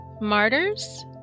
Martyrs